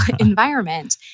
environment